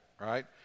right